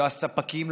לא הספקים,